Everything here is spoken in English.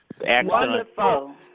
Wonderful